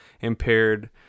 impaired